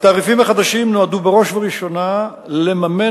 התעריפים החדשים נועדו בראש ובראשונה לממן